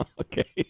Okay